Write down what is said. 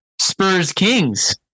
Spurs-Kings